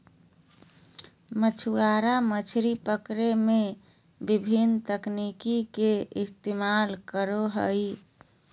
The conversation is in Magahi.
मछुआरा मछली पकड़े में विभिन्न तकनीक के इस्तेमाल करो हइ